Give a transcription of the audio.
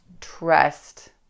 trust